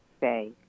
say